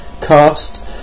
cast